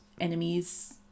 enemies